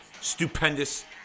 stupendous